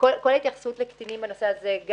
ההתייחסות לקטינים בנושא הזה...